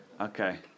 Okay